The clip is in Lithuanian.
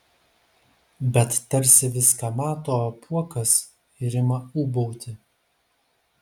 bet tarsi viską mato apuokas ir ima ūbauti